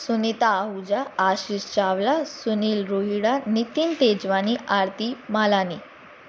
Sunita Ahuja Ashish Chawla Sunil Rohra Nitin Tejwani Aarti Balani